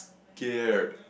cared